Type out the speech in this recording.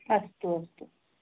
अस्तु अस्तु